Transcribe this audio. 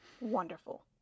wonderful